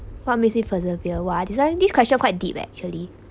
what makes you persevere !wah! this one this question quite deep actually